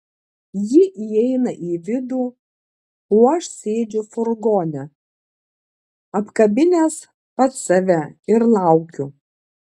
ji įeina į vidų o aš sėdžiu furgone apkabinęs pats save ir laukiu